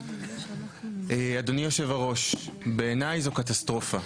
אדוני היושב ראש, בעיניי זו קטסטרופה.